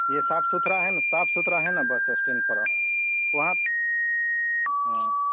यह साफ सुथरा है ना साफ सुथरा है ना बस स्टैण्ड पर वहाँ हाँ